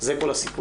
זה כל הסיפור.